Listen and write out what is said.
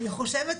אני חושבת,